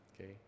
okay